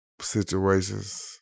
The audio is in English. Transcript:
situations